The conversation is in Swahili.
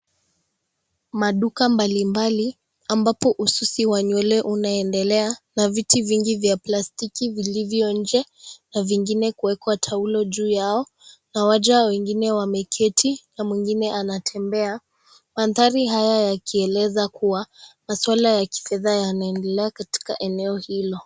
Maduka mbali mbali ambapo ususi wa nywele unaendelea na viti vingi vya plastiki vilivyo nje na vingine kuwekwa taulo juu yao na waja wengine wameketi na mwingine anatembea. Mandhari haya yakieleza kuwa maswala ya kifedha yanaendelea katika eneo hilo.